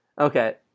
Okay